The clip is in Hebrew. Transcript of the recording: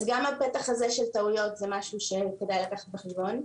אז גם הפתח הזה של טעויות זה משהו שכדאי לקחת בחשבון.